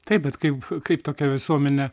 taip bet kaip kaip tokią visuomenę